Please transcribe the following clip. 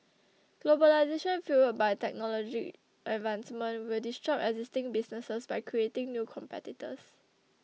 globalisation fuelled by technology advancement will disrupt existing businesses by creating new competitors